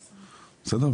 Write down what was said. בסדר?